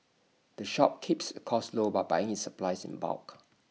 the shop keeps its costs low by buying supplies in bulk